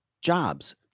jobs